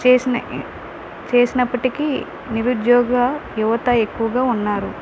చేసిన చేసినప్పటికీ నిరుద్యోగ యువత ఎక్కువగా ఉన్నారు